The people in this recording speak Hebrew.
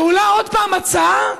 ועולה עוד פעם הצעה,